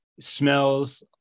smells